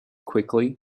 quickly